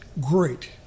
great